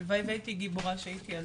הלוואי והייתי גיבורה שהייתי ילדה.